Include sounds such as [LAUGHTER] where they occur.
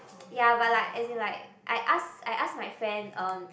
[NOISE] ya but like as in like I ask I ask my friend um